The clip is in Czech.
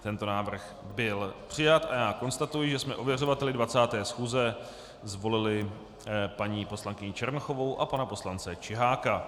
Tento návrh byl přijat a já konstatuji, že jsme ověřovateli 20. schůze zvolili paní poslankyni Černochovou a pana poslance Čiháka.